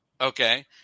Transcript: Okay